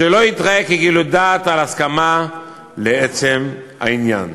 "שלא יתראה כגילוי דעת על הסכמה לעצם העניין".